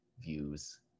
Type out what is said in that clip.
views